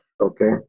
okay